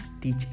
teach